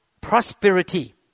prosperity